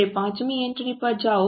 હવે પાંચમી એન્ટ્રી પર જાઓ